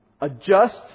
adjust